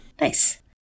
Nice